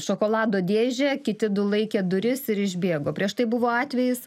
šokolado dėžę kiti du laikė duris ir išbėgo prieš tai buvo atvejis